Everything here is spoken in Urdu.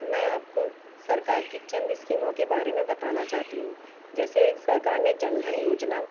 میں آپ کو سرکار کی چند اسکیموں کے بارے میں بتانا چاہتی ہوں جیسے سرکار نے جَن دھن یوجنا